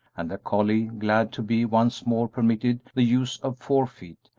and the collie, glad to be once more permitted the use of four feet,